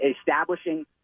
establishing